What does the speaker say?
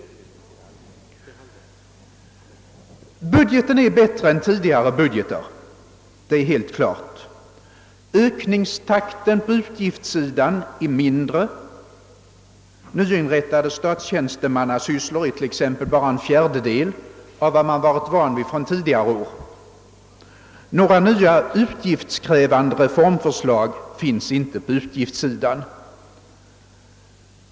Budgeten är bättre än tidigare budgeter, det är helt klart. Ökningstakten på utgiftssidan är mindre, nyinrättade statstjänstemannasysslor är t.ex. bara en fjärdedel av vad man varit van vid från tidigare år. Några nya utgiftskrävande reformförslag finns inte på utgiftssidan.